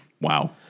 Wow